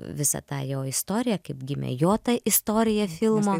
visą tą jo istoriją kaip gimė jo ta istorija filmo